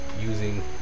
using